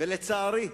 ולצערי,